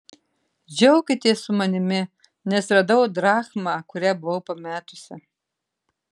džiaukitės su manimi nes radau drachmą kurią buvau pametusi